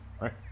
right